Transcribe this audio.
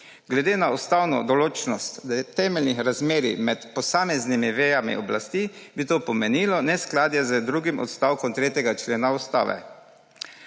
Glede na ustavno določnost temeljnih razmerij med posameznimi vejami oblasti bi to pomenilo neskladje z drugim odstavkom 3. člena Ustave.